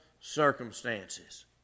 circumstances